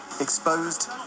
exposed